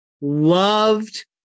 Loved